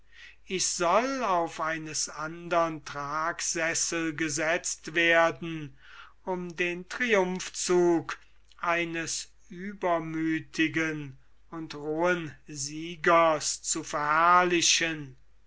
ich soll auf eines andern tragsessel gesetzt werden um den triumphzug eines übermüthigen und rohen siegers zu verherrlichen